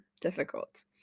difficult